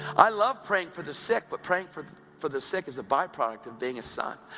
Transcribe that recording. i love praying for the sick, but praying for for the sick is a byproduct of being a son.